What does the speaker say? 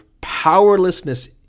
powerlessness